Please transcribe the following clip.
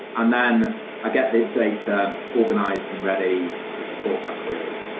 and then i get the data organized and ready to support my queries.